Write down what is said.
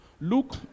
Look